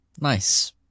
Nice